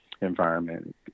environment